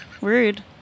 Rude